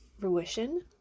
fruition